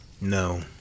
No